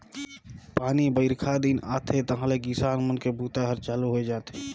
पानी बाईरखा दिन आथे तहाँले किसान मन के बूता हर चालू होए जाथे